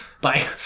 Bye